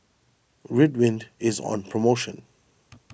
Ridwind is on promotion